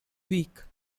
week